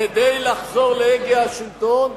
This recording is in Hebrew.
כדי לחזור להגה השלטון,